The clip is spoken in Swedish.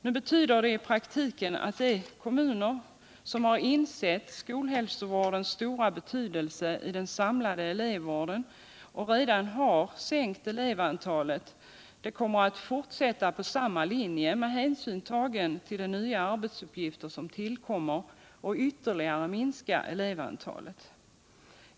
I praktiken betyder det att de kommuner som har insett skolhälsovärdens stora betydelse I den samlade elevvården och redan har sänkt elevantalet kommer att fortsätta på samma linje med hänsyn tagen tll de nya arbetsuppgifter som tillkommer och ytterligare minska antalet.